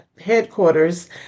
headquarters